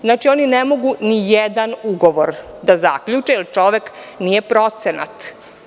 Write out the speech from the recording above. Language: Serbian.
Znači, oni ne mogu ni jedan ugovor da zaključe, jer čovek nije procenat.